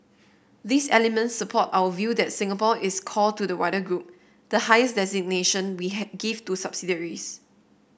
these elements support our view that Singapore is core to the wider group the highest designation we had give to subsidiaries